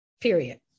period